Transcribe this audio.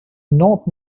not